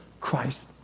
Christ